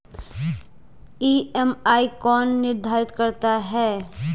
EMI कौन निर्धारित करता है?